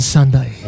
Sunday